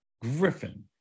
Griffin